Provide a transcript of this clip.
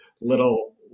little